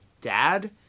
dad